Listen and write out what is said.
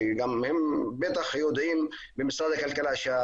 ובטח יודעים במשרד הכלכלה,